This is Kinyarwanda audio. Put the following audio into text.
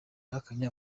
yahakanye